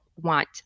want